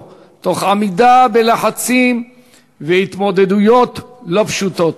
תוך עמידה בלחצים והתמודדויות לא פשוטות.